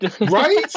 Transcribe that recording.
right